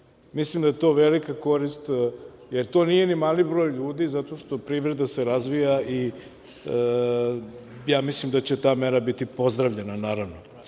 Mislim da je to velika korist, jer to nije ni mali broj ljudi zato što privreda se razvija i mislim da će ta mera biti pozdravljena naravno.E,